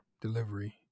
delivery